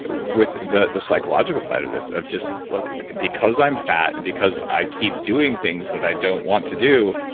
ah the the psychological side of this, of just look, because i'm fat and because i keep doing things that i don't want to do,